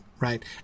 Right